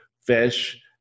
fish